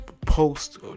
post